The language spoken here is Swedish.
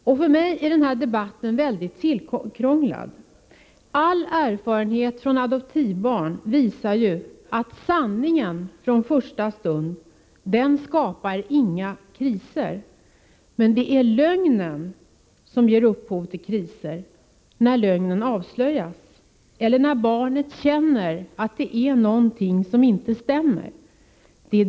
För mig är den här debatten väldigt tillkrånglad. All erfarenhet från adoptivbarn visar ju att sanningen från första stund skapar inga kriser men att lögnen ger upphov till kriser när den avslöjas eller när barnet känner att det är någonting som inte stämmer.